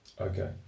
Okay